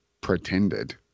pretended